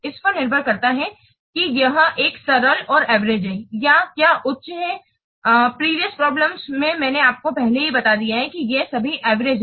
इस पर निर्भर करता है कि यह एक सरल या एवरेज है या क्या उच्च है अपनी प्रीवियस प्रॉब्लम में मैंने आपको पहले ही बता दिया है कि ये सभी एवरेज हैं